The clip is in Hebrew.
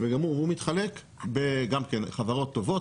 וגם הוא מתחלק גם כן בחברות טובות,